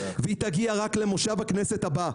והיא תגיע רק למושב הכנסת הבא.